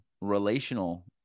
relational